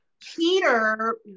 Peter